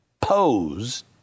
posed